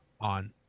on